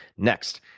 next,